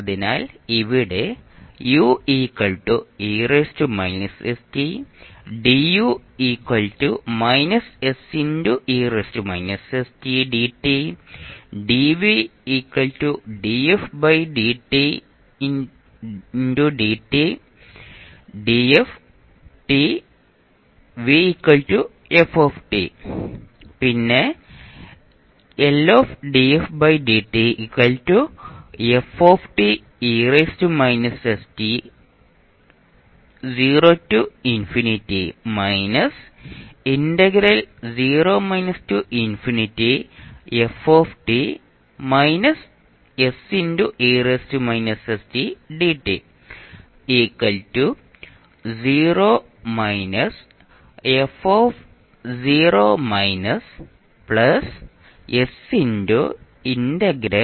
അതിനാൽ ഇവിടെ u e−st du −se−st dt dv dfdt dt df v f